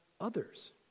others